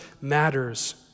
matters